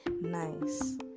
nice